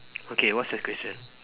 okay what's the question